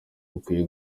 bikwiye